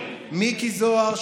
מיקי זוהר,